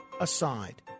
aside